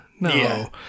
No